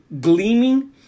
gleaming